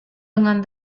dengan